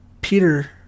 Peter